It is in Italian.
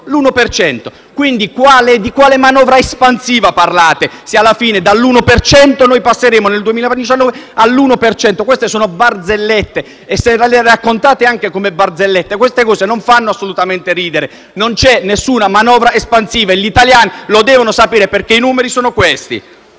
Quindi di quale manovra espansiva parlate se alla fine, dall'1 per cento, passeremo nel 2019 all'1 per cento? Queste sono barzellette e anche se le raccontate come barzellette, queste cose non fanno assolutamente ridere. Non c'è nessuna manovra espansiva e gli italiani lo devono sapere perché i numeri sono questi.